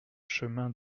chemin